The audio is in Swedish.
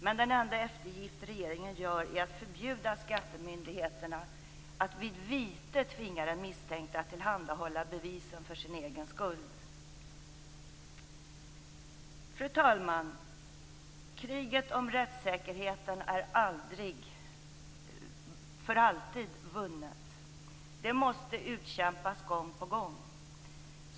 Men den enda eftergift regeringen gör är att förbjuda skattemyndigheterna att vid vite tvinga den misstänkte att tillhandahålla bevisen för sin egen skuld. Fru talman! Kriget om rättssäkerheten är aldrig för alltid vunnet. Det måste utkämpas gång på gång.